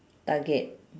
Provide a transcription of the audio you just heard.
target